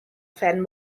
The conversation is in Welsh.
phen